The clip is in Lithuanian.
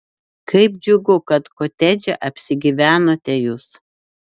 kaip džiugu kad kotedže apsigyvenote jūs